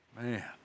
Man